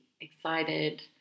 excited